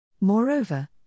Moreover